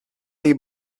dei